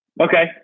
Okay